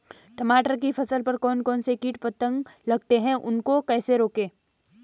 टमाटर की फसल पर कौन कौन से कीट पतंग लगते हैं उनको कैसे रोकें?